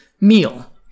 meal